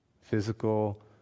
physical